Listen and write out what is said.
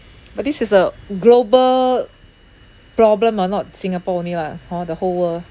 but this is a global problem ah not singapore only lah hor the whole world